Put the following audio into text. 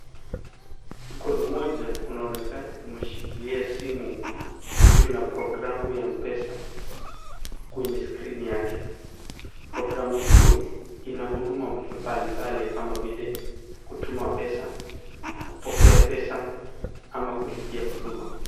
Mkono mmoja umeinakena umeshikilia simu, iliyo na programu ya M-pesa kwenye skrini yake, programu hio, ina huduma mbalimbali kama vile, kutuma pesa, kupokea pesa, ama kulipia huduma.